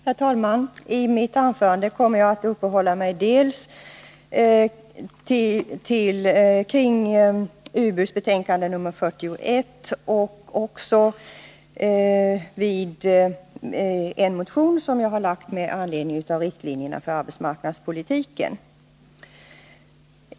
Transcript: Herr talman! I mitt anförande kommer jag att uppehålla mig dels vid utbildningsutskottets betänkande 41, men också vid en motion som jag har väckt med anledning av riktlinjerna för arbetsmarknadspolitiken.